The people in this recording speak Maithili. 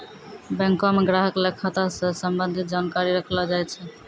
बैंको म ग्राहक ल खाता स संबंधित जानकारी रखलो जाय छै